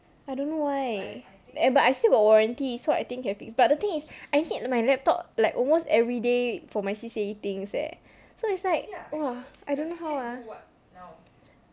I don't know why eh but I still got warranty so I think can fix but the thing is I need my laptop like almost everyday for my C_C_A things eh so it's like !wah! I don't know how ah